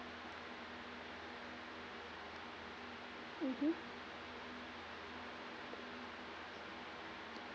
mmhmm